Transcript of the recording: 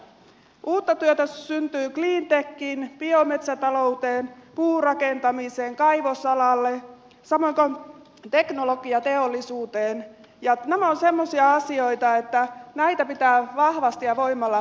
uutta työtä syntyy cleantechiin biometsätalouteen puurakentamiseen kaivosalalle samoin kuin teknologiateollisuuteen ja nämä ovat semmoisia asioita että näitä pitää vahvasti ja voimalla viedä eteenpäin